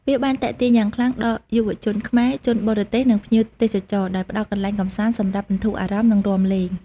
វាបានទាក់ទាញយ៉ាងខ្លាំងដល់យុវជនខ្មែរ ជនបរទេស និងភ្ញៀវទេសចរ ដោយផ្តល់កន្លែងកម្សាន្តសម្រាប់បន្ធូរអារម្មណ៍ និងរាំលេង។